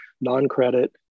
non-credit